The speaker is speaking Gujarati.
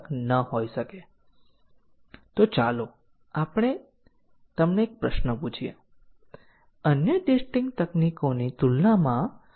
એ જ રીતે સ્ટેટમેન્ટ 8 પર આપણી પાસે ફરીથી વેરિયેબલ a નો ઉપયોગ છે